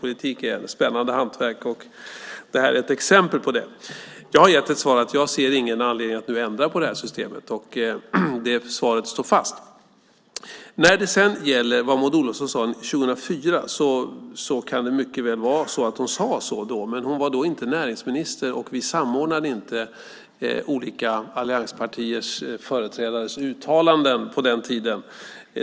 Politik är ett spännande hantverk, och det här är ett exempel på det. Jag har gett ett svar. Jag ser ingen anledning att nu ändra på det här systemet. Det svaret står fast. Sedan gällde det vad Maud Olofsson sade 2004. Det kan mycket väl vara så att hon då sade så, men hon var då inte näringsminister, och vi samordnade inte olika allianspartiers företrädares uttalanden på den tiden.